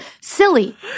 silly